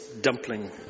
dumpling